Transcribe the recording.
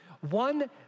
one